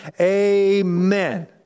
Amen